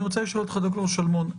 ד"ר שלמון,